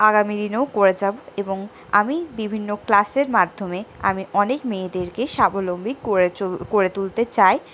আগামীদিনেও করে যাবো এবং আমি বিভিন্ন ক্লাসের মাধ্যমে আমি অনেক মেয়েদেরকে স্বাবলম্বী করে করে তুলতে চাই